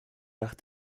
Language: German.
nach